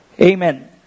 Amen